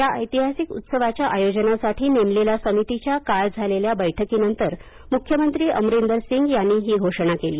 या ऐतहासिक उत्सवाच्या आयोजनासाठी नेमलेल्या समितीच्या काल झालेल्या बैठकीनंतर मुख्यमंत्री अमरिदर सिंग यांनी ही घोषणा केली